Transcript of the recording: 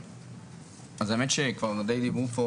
האמת, שדיי דיברו פה